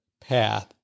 path